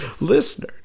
Listener